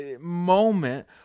moment